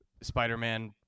Spider-Man